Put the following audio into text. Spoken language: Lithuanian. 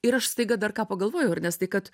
ir aš staiga dar ką pagalvojau ernestai kad